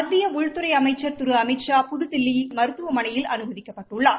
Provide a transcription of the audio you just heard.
மத்திய உள்துறை அமைச்சர் திரு அமித்ஷா புதுதில்லியில் மருத்துவமனையில் அனுமதிக்கப்பட்டுள்ளார்